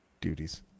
duties